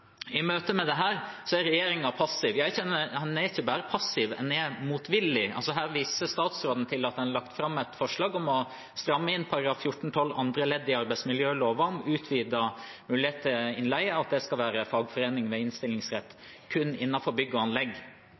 I møtet med dette er regjeringen passiv. Den er ikke bare passiv – den er motvillig. Statsråden viser her til at en har lagt fram et forslag om å stramme inn § 14-12 andre ledd i arbeidsmiljøloven, om utvidet mulighet for innleie, og at kun fagforeningene innenfor bygg og anlegg skal ha innstillingsrett.